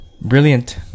Brilliant